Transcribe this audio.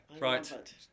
Right